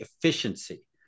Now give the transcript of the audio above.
efficiency